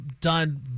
done